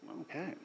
okay